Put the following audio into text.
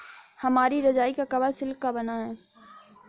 हमारी रजाई का कवर सिल्क का बना है